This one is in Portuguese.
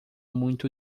muito